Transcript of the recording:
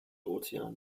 ozean